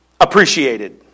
appreciated